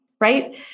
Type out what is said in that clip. right